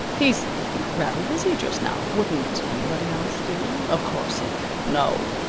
he's rather busy just now. wouldn't anybody else do? of course, if no,